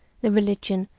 the religion,